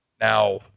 now